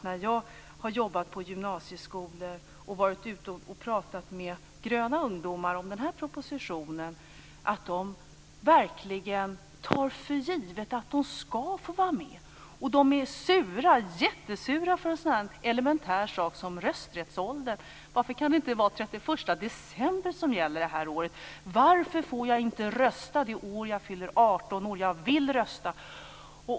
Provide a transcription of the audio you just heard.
När jag har jobbat på gymnasieskolor och pratat med gröna ungdomar om propositionen har de tagit för givet att de verkligen ska få vara med. De är jättesura angående en så elementär sak som rösträttsåldern. "Varför kan det inte vara den 31 december som gäller? Varför får jag inte rösta det år jag fyller 18 år? Jag vill rösta!"